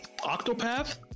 Octopath